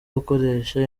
gukoresha